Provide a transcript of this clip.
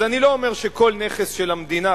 אז אני לא אומר שכל נכס של המדינה,